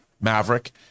Maverick